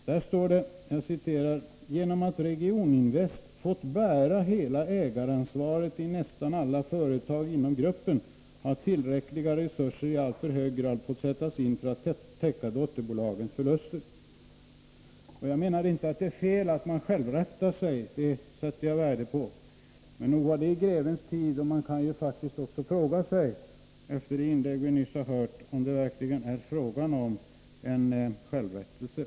Där heter det: ”Genom att Regioninvest har fått bära hela ägaransvaret i nästan alla företag inom gruppen har tillgängliga resurser i alltför hög grad fått sättas in för att täcka dotterbolagens förluster.” Jag menar inte att det är fel att man rättar sig själv. Det sätter jag värde på. Men nog var det i grevens tid! Man kan faktiskt också fråga sig, efter de inlägg vi nyss har hört, om det verkligen är fråga om en självrättelse.